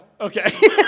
Okay